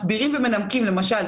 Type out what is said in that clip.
מסבירים ומנמקים למשל,